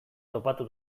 topatu